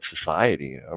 society